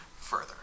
further